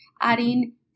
adding